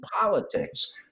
politics